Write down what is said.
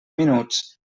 minuts